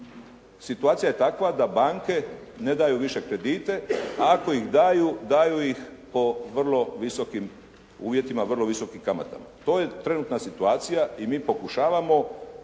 Situacija je takva da banke ne daju više kredite, a ako ih daju, daju ih po vrlo visokim uvjetima, vrlo visokim kamatama. To je trenutna situacija i mi pokušavamo